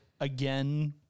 again